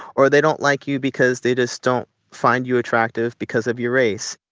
or they don't like you because they just don't find you attractive because of your race.